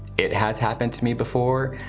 it has happened to me before.